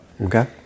okay